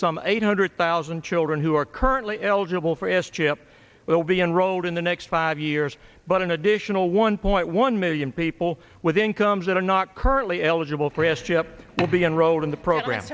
some eight hundred thousand children who are currently eligible for s chip will be enrolled in the next five years but an additional one point one million people with incomes that are not currently eligible for history up will be enrolled in the program